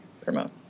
promote